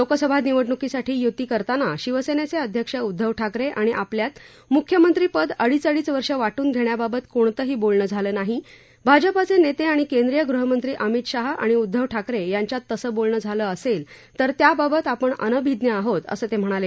लोकसभा निवडणुकीसाठी युती करताना शिवसेनेचे अध्यक्ष उद्धव ठाकरे आणि आपल्यात मुख्यमंत्री पद अडीच अडीच वर्ष वाटून घेण्याबाबत कोणतंही बोलणं झालं नाही भाजपाचे नेते आणि केंद्रीय गृहमंत्री अमित शाह आणि उद्वव ठाकरे यांच्यात तसं बोलणं झालं असेल तर त्याबाबत आपण अनभिज्ञ आहोत असं ते म्हणाले